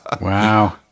Wow